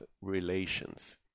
relations